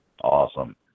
Awesome